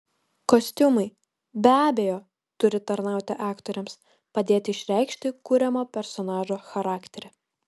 kostiumai be abejo turi tarnauti aktoriams padėti išreikšti kuriamo personažo charakterį